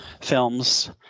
films